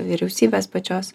vyriausybės pačios